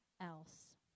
else